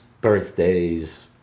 birthdays